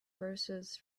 verses